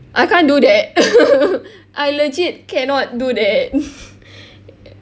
I can't do that I legit cannot do that